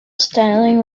styling